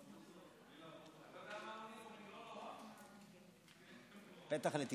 אתה לא יכול, מחלוקת לעם ישראל.